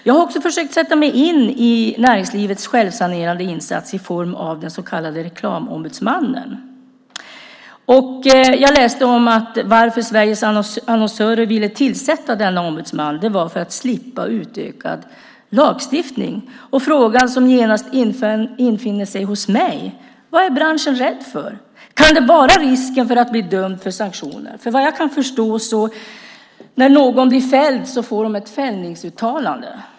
Jag har försökt sätta mig in i näringslivets självsanerande insats i form av den så kallade Reklamombudsmannen. Jag läste att anledningen till att Sveriges Annonsörer ville tillsätta denna ombudsman var att man ville slippa utökad lagstiftning. Frågan som genast infinner sig hos mig är: Vad är branschen rädd för? Kan det vara risken för att bli dömd för sanktioner? Vad jag kan förstå får någon som blir fälld ett "fällningsuttalande".